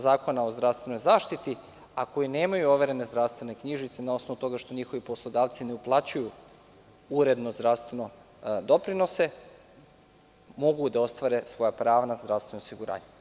Zakona o zdravstvenoj zaštiti, a koji nemaju overene zdravstvene knjižice na osnovu toga što njihovi poslodavci ne uplaćuju uredno zdravstvene doprinose, mogu da ostvare svoja prava na zdravstveno osiguranje.